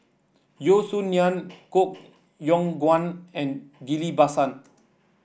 Yeo Song Nian Koh Yong Guan and Ghillie Basan